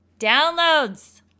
downloads